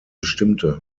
bestimmte